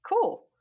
cool